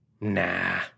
Nah